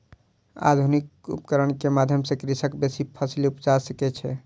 आधुनिक उपकरण के माध्यम सॅ कृषक बेसी फसील उपजा सकै छै